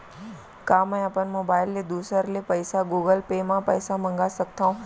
का मैं अपन मोबाइल ले दूसर ले पइसा गूगल पे म पइसा मंगा सकथव?